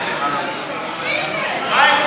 גאה.